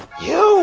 you